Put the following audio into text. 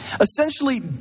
essentially